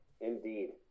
Indeed